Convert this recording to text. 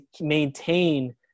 maintain